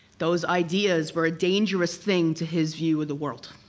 those ideas were a dangerous thing to his view of the world.